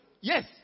yes